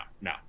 no